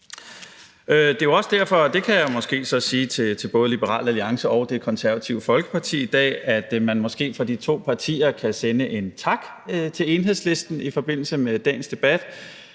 partier i Folketinget. Jeg kan måske så sige til både Liberal Alliance og Det Konservative Folkeparti i dag, at man måske fra de to partiers side kan sende en tak til Enhedslisten i forbindelse med dagens debat,